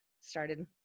started